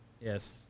Yes